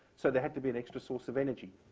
so there had to be an extra source of energy.